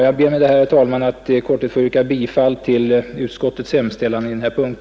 Jag ber med detta, herr talman, att få yrka bifall till utskottets 51 hemställan på denna punkt.